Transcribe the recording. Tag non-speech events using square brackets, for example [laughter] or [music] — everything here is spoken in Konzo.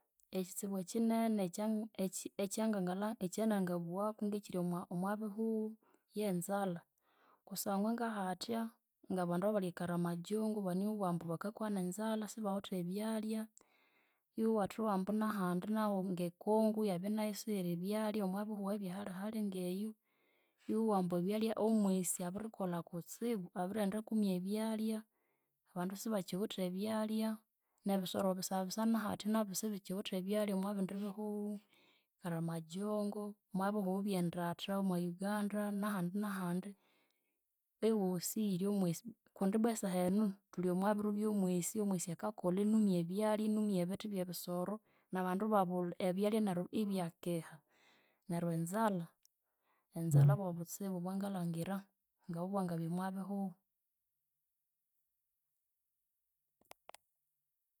Ekyitsibu ekyinene [hesitation] ekyanangabughaku ekyiri omwabihughu yenzalha. Kusangwa ngahatya ngabandu abalhi ekaramajongo banimubugha ambu bakakwa nenzalha sibawithe ebyalya. Iwathowa ambu nahandi nahu ngeKongo yabinayu siyiri byalya, omwabihughu bye hali hali ngeyu iwowa ambu ebyalya omwise abirikolha kutsibu abirighenda akumya ebyalya. Abandu sibakyiwithe ebyalya nebisoro bisabisa nahatya nabyu sibikyiwithe ebyalya omwabindi bihughu, Karamajongo, omwabihughu byendatha omwayuganda nahandi nahandi. Ewosi yiryomwisi kundi ibwa esahenu thuli omwabiru byomwisi omwisi akakolha inumya ebyalya, inumya ebithi byebisoro, nabandu ibabulha ebyalya neryu ibyakeha. Neryu enzalha, enzalha bwabutsibu obwangalhangira ngabwo bwangabya omwabihughu.